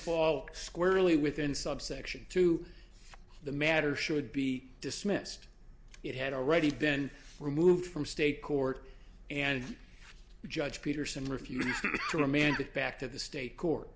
fall squarely within subsection to the matter should be dismissed it had already been removed from state court and judge peterson refused to remand it back to the state court